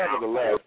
nevertheless